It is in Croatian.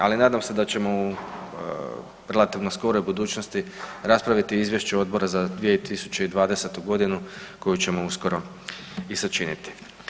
Ali nadam se da ćemo relativno u skoroj budućnosti raspraviti o izvješću Odbora za 2020. g. koje ćemo uskoro i sačiniti.